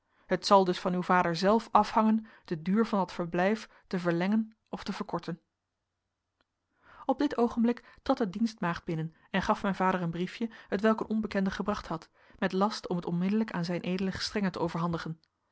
het zal dus van uw vader zelf afhangen den duur van dat verblijf te verlengen of te verkorten op dit oogenblik trad de dienstmaagd binnen en gaf mijn vader een briefje hetwelk een onbekende gebracht had met last om het onmiddellijk aan z ed gestr te overhandigen